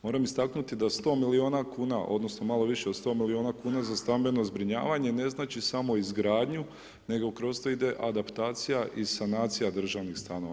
Moram istaknuti da 100 milijuna kuna odnosno malo više od 100 milijuna kuna za stambeno zbrinjavanje ne znači samo izgradnju, nego kroz to ide adaptacija i sanacija državnih stanova.